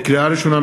לקריאה ראשונה,